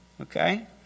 Okay